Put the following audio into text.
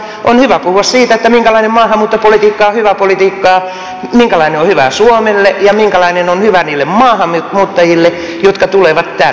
on hyvä puhua siitä minkälainen maahanmuuttopolitiikka on hyvää politiikkaa minkälainen on hyvää suomelle ja minkälainen on hyvää niille maahanmuuttajille jotka tulevat tänne